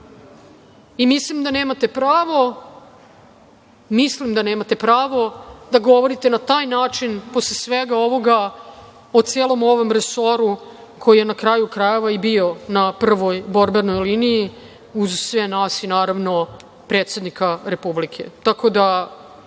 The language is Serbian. mislim da nemate pravo da govorite na taj način, posle svega ovoga, o celom ovom resoru, koji je, na kraju krajeva, i bio na prvoj borbenoj liniji, uz sve nas i, naravno, predsednika Republike. Tako